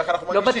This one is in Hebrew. ככה אנחנו מרגישים.